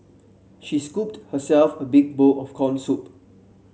she scooped herself a big bowl of corn soup